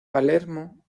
palermo